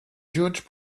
judge